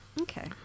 Okay